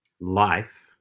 life